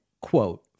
quote